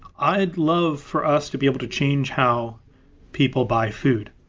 i'd love for us to be able to change how people buy food.